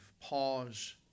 pause